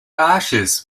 ashes